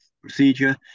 procedure